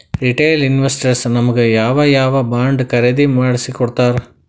Retail investors ನಮಗ್ ಯಾವ್ ಯಾವಬಾಂಡ್ ಖರೇದಿ ಮಾಡ್ಸಿಕೊಡ್ತಾರ?